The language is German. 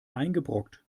eingebrockt